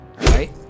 right